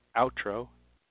outro